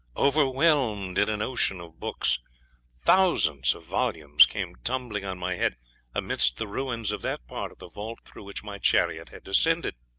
overwhelmed in an ocean of books thousands of volumes came tumbling on my head amidst the ruins of that part of the vault through which my chariot had descended,